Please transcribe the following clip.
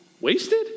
Wasted